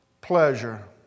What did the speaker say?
pleasure